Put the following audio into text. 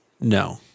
no